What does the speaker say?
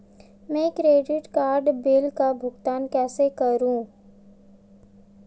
मैं credit card bill का भुगतान कैसे करूं?